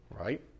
Right